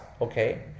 okay